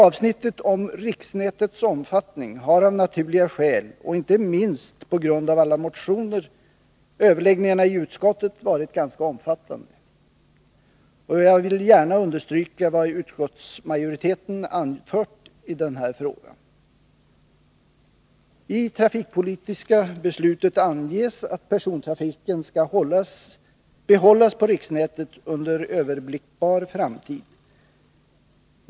Tavsnittet om riksnätets omfattning har av naturliga skäl, och inte minst på grund av alla de motioner som föreligger, överläggningarna i utskottet varit ganska omfattande, och jag vill gärna understryka vad utskottsmajoriteten anfört i denna fråga. I det trafikpolitiska beslutet anges att persontrafiken skall behållas på riksnätet under överblickbar framtid.